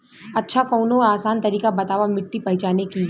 अच्छा कवनो आसान तरीका बतावा मिट्टी पहचाने की?